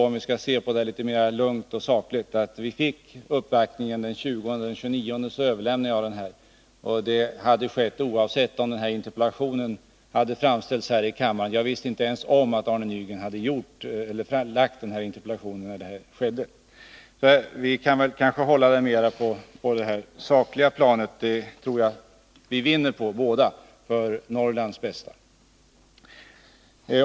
Om vi skall se litet mer sakligt på det hela, så skedde ju uppvaktningen den 20, och den 29 överlämnade jag skrivelsen. Det hade jag gjort oavsett om den här interpellationen hade framställts här i kammaren eller inte. När jag överlämnade skrivelsen visste jag inte ens om att Arne Nygren hade framställt interpellationen. Vi kan väl kanske hålla oss mera på det sakliga planet. Jag tror att vi båda vinner på det, och det är till Norrlands bästa.